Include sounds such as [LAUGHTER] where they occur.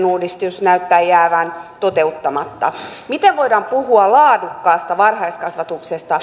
[UNINTELLIGIBLE] uudistus näyttää jäävän toteuttamatta miten voidaan puhua laadukkaasta varhaiskasvatuksesta